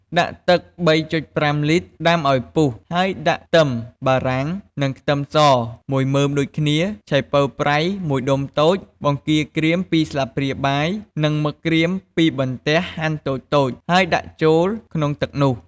ដាក់ទឹក៣.៥លីត្រ ដាំឱ្យពុះហើយដាក់ខ្ទឹមបារាំង និងខ្ទឹមសមួយមើមដូចគ្នា ឆៃពៅប្រៃមួយដុំតូច បង្គាក្រៀម២ស្លាបព្រាបាយ និងមឹកក្រៀម២បន្ទះហាន់តូចៗ ហើយដាក់ចូលក្នុងទឹកនោះ។